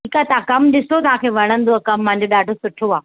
ठीकु आहे तव्हां कमु ॾिसो तव्हांखे वणंदव कमु मांजो ॾाढो सुठो आहे